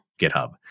GitHub